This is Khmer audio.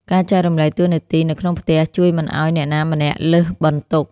ការចែករំលែកតួនាទីនៅក្នុងផ្ទះជួយមិនឱ្យអ្នកណាម្នាក់លើសបន្ទុក។